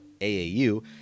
AAU